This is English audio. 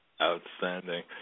Outstanding